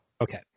Okay